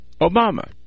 Obama